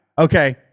Okay